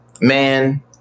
man